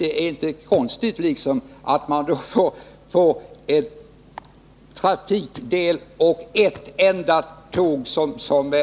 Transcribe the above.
Det är inte konstigt att man då till slut bara får kvar ett enda tåg, som